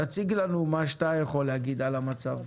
תציג לנו מה שאתה יכול להגיד על המצב,